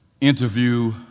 interview